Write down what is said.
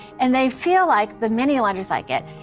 and they feel like, the many letters i get,